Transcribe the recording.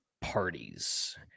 parties